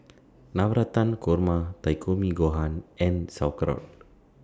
Navratan Korma Takikomi Gohan and Sauerkraut